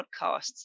podcasts